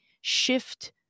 shift